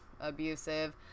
abusive